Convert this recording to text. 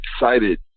excited